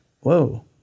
whoa